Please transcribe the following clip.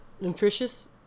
nutritious